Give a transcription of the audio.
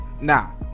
Now